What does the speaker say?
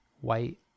white